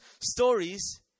stories